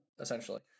essentially